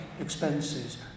expenses